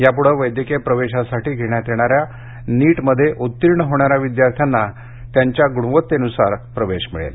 यापुढे वैद्यकीय प्रवेशासाठी घेण्यात येणाऱ्या नीट मध्ये उत्तीर्ण होणाऱ्या विद्यार्थ्यांना त्यांच्या गुणवत्तेनुसार प्रवेश मिळेल